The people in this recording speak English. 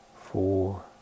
four